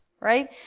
right